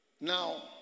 Now